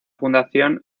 fundación